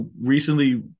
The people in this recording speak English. recently